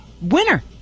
winner